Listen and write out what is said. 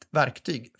verktyg